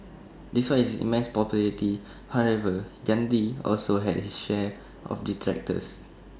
despite his immense popularity however Gandhi also had his share of detractors